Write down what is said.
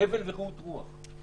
הבל ורעות רוח.